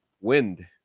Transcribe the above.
wind